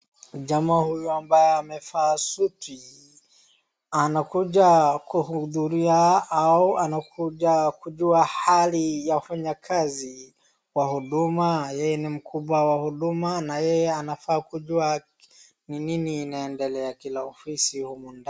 Jamaa huyu ambaye amevaa suti anakuja kuhudhuria au anakuja kujua hali ya wafanyikazi wa huduma. Yeye ni mkubwa wa huduma na yeye anafaa kujua ni nini inaendelea kila ofisi humu ndani.